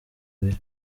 abiri